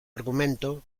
argumento